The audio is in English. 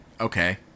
okay